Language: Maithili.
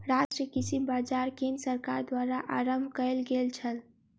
राष्ट्रीय कृषि बाजार केंद्र सरकार द्वारा आरम्भ कयल गेल छल